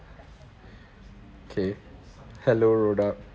K hello